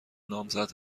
نامزد